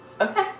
Okay